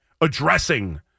addressing